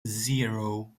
zero